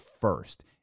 first